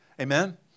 Amen